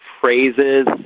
phrases